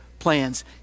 plans